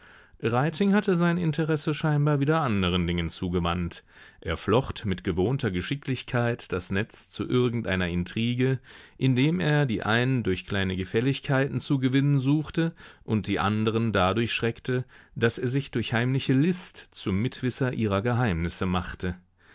hatte sein interesse scheinbar wieder anderen dingen zugewandt er flocht mit gewohnter geschicklichkeit das netz zu irgendeiner intrige indem er die einen durch kleine gefälligkeiten zu gewinnen suchte und die anderen dadurch schreckte daß er sich durch heimliche list zum mitwisser ihrer geheimnisse machte